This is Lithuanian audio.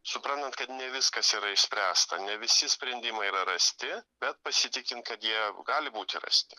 suprantant kad ne viskas yra išspręsta ne visi sprendimai rasti bet pasitikint jie gali būti rasti